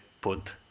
put